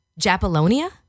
Japalonia